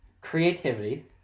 Creativity